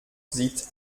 sieht